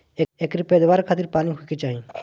एकरी पैदवार खातिर पानी होखे के चाही